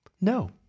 No